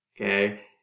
okay